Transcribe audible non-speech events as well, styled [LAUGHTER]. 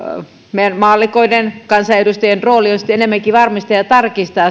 meidän maallikoiden kansanedustajien rooli on enemmänkin varmistaa ja tarkistaa [UNINTELLIGIBLE]